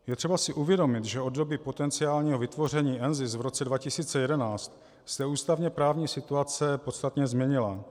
Je třeba si uvědomit, že od doby potenciálního vytvoření NZIS v roce 2011 se ústavněprávní situace podstatně změnila.